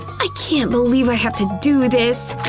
i can't believe i have to do this!